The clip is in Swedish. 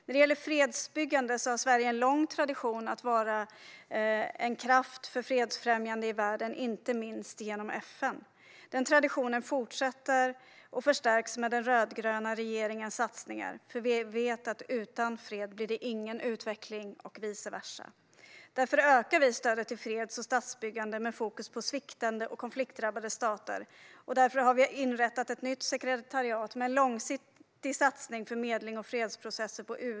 När det gäller fredsbyggande har Sverige en lång tradition av att vara en kraft för fredsfrämjande i världen, inte minst genom FN. Den traditionen fortsätter och förstärks med den rödgröna regeringens satsningar, för vi vet att utan fred blir det ingen utveckling och vice versa. Därför ökar vi stödet till freds och statsbyggande med fokus på sviktande och konfliktdrabbade stater. Därför har vi inrättat ett nytt sekretariat på UD med en långsiktig satsning på medling och fredsprocesser.